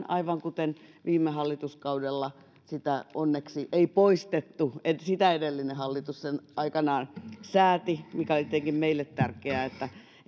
aivan kuten viime hallituskaudella sitä ei onneksi poistettu sitä edellinen hallitus sen aikanaan sääti ja on etenkin meille tärkeää että